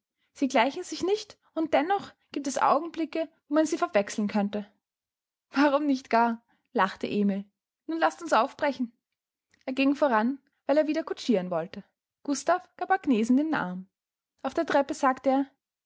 sie gleichen sich nicht und dennoch giebt es augenblicke wo man sie verwechseln könnte warum nicht gar lachte emil nun laßt uns aufbrechen er ging voran weil er wieder kutschiren wollte gustav gab agnesen den arm auf der treppe sagte er